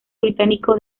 británico